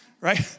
Right